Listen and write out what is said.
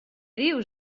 dius